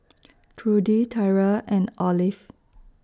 Trudy Tyra and Olive